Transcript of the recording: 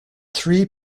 three